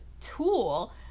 tool